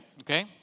Okay